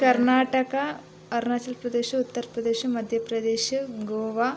Karnataka Arunachal Pradesh Uttar Pradesh Madhya Pradesh Goa